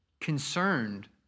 concerned